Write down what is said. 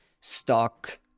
stock